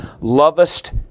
lovest